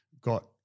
got